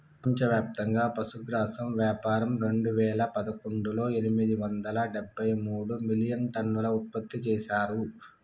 ప్రపంచవ్యాప్తంగా పశుగ్రాసం వ్యాపారం రెండువేల పదకొండులో ఎనిమిది వందల డెబ్బై మూడు మిలియన్టన్నులు ఉత్పత్తి చేశారు